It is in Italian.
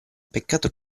peccato